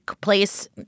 place